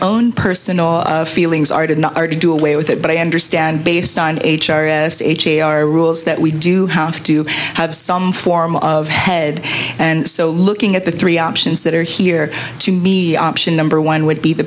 own personal feelings are did not do away with it but i understand based on our rules that we do have to have some form of head and so looking at the three options that are here to me option number one would be the